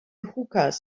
hookahs